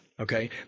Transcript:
okay